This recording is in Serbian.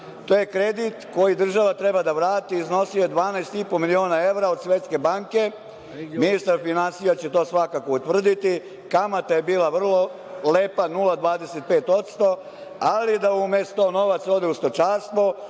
Taj kredit koji država treba da vrati je iznosio 12,5 miliona evra, od Svetske banke. Ministar finansija će to svakako utvrditi. Kamata je bila vrlo lepa 0,25%, ali umesto da novac ode u stočarstvo